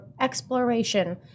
exploration